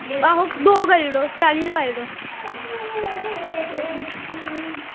आहो दौ करी ओड़ेओ चालियें दे पाई ओड़ेओ